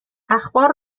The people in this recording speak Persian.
اخبار